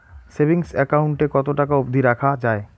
Savings account এ কতো টাকা অব্দি রাখা যায়?